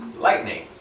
Lightning